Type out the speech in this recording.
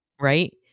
right